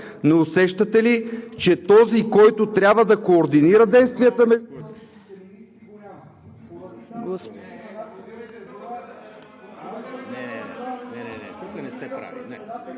Не усещате ли, че този, който трябва да координира действията